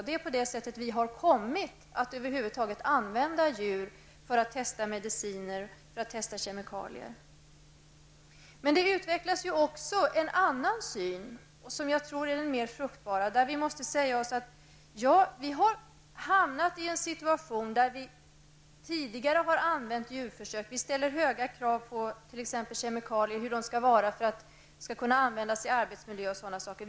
Det är på det sättet som vi har kommit att över huvud taget använda djur för att testa mediciner och kemikalier. Men en annan syn utvecklas också, som jag tror är mera fruktbar. Vi måste säga: Ja, vi har hamnat i en viss situation. Tidigare använde vi oss av djurförsök. Vi ställer höga krav t.ex. på kemikalier -- på hur dessa skall vara för att kunna användas med tanke på arbetsmiljön etc.